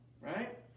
right